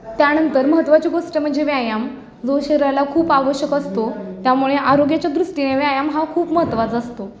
त्यानंतर महत्वाची गोष्ट म्हणजे व्यायाम जो शरीराला खूप आवश्यक असतो त्यामुळे आरोग्याच्या दृष्टीने व्यायाम हा खूप महत्त्वाचा असतो